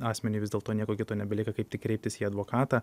asmeniui vis dėlto nieko kito nebelieka kaip tik kreiptis į advokatą